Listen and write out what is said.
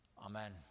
Amen